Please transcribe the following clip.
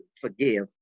forgive